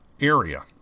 Area